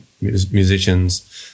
musicians